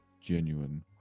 genuine